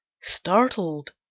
Startled